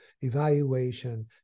evaluation